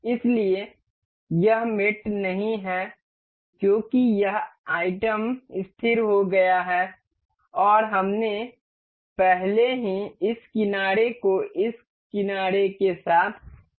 इसलिए यह मेट नहीं है क्योंकि यह आइटम स्थिर हो गया है और हमने पहले ही इस किनारे को इस किनारे के साथ जोड़ दिया है